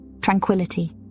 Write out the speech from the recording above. tranquility